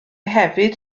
hefyd